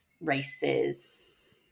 races